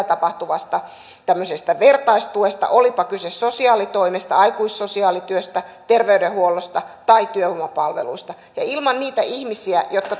tapahtuvasta tämmöisestä vertaistuesta olipa kyse sosiaalitoimesta aikuissosiaalityöstä terveydenhuollosta tai työvoimapalveluista niin ilman niitä ihmisiä jotka